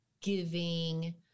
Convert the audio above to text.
giving